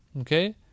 okay